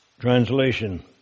Translation